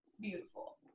beautiful